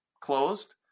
closed